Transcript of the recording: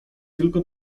tylko